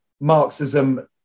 Marxism